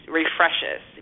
refreshes